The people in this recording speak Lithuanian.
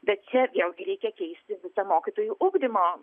bet čia vėl gi reikia keisti visą mokytojų ugdymo